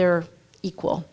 they're equal